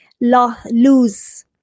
lose